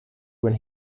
when